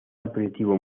aperitivo